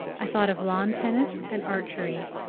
i thought of lawn-tennis and archery.